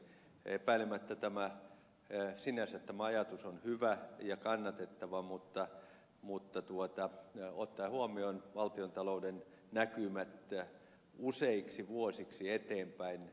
epäilemättä tämä ajatus sinänsä on hyvä ja kannatettava mutta ottaen huomioon valtiontalouden näkymät mitkä meidän eteemme nyt aukeavat useiksi vuosiksi eteenpäin